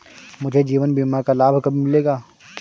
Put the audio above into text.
मुझे जीवन बीमा का लाभ कब मिलेगा?